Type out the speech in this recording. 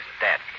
dead